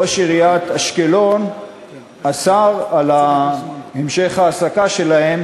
ראש עיריית אשקלון אסר את המשך ההעסקה שלהם